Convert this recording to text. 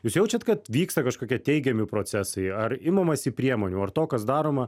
jūs jaučiat kad vyksta kažkokie teigiami procesai ar imamasi priemonių ar to kas daroma